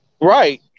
Right